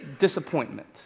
disappointment